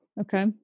Okay